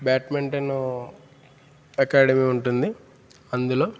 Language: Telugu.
బ్యాడ్మింటన్ అకాడమీ ఉంటుంది అందులో